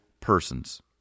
persons